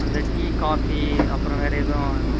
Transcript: அந்த tea coffee அப்புறம் வேற எதுவும்